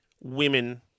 women